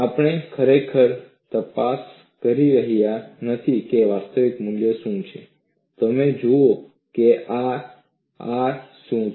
આપણે ખરેખર તપાસ કરી રહ્યા નથી કે વાસ્તવિક મૂલ્ય શું છે તમે જુઓ કે આર શું છે